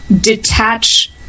detach